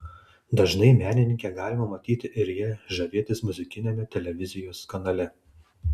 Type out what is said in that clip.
dažnai menininkę galime matyti ir ja žavėtis muzikiniame televizijos kanale